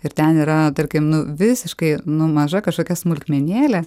ir ten yra tarkim nu visiškai nu maža kažkokia smulkmenėlė